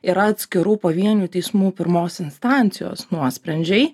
yra atskirų pavienių teismų pirmos instancijos nuosprendžiai